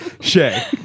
Shay